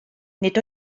nid